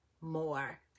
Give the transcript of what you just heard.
more